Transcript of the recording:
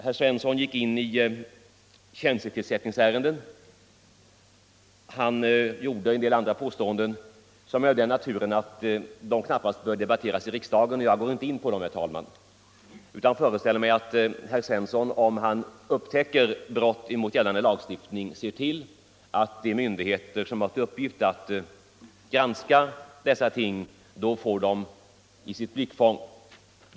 Herr Svensson kom också in på tjänstetillsättningsärenden och gjorde en del andra påståenden som är av sådan natur att de knappast bör debatteras i riksdagen. Jag går därför inte in på dem, herr talman. Jag förutsätter att om herr Svensson upptäcker brott mot gällande lagstiftning, ser han till att detta kommer i blickfånget hos de myndigheter som har till uppgift att granska dessa ting.